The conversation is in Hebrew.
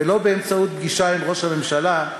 ולא באמצעות פגישה עם ראש הממשלה,